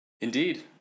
Indeed